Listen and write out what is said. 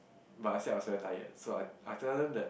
but I said I was very tired so I I tell them that